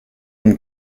une